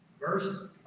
Verse